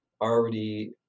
already